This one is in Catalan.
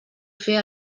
fer